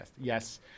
yes